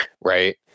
right